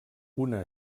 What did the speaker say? una